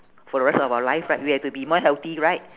for the rest of our life right we have to be more healthy right